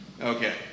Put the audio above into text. Okay